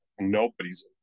Nobody's